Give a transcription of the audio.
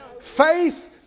Faith